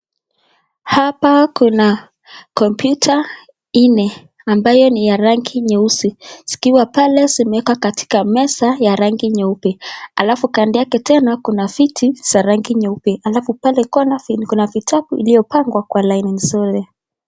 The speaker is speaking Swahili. Hapa kuna kompyuta nne ambayo ni ya rangi nyeusi zikiwa pale zimewekwa katika meza ya rangi nyeupe alafu kando yake tena kuna viti za rangi nyeupe alafu pale kwa kona kuna vitabu iliyopangwa kwa laini nzuri.